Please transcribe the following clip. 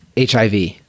HIV